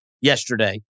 yesterday